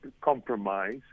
compromise